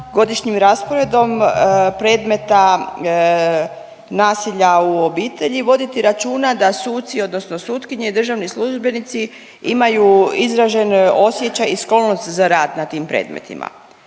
godišnjim rasporedom predmeta nasilja u obitelji voditi računa da suci odnosno sutkinje i državni službenici imaju izražen osjećaj i sklonost za rad na tim predmetima.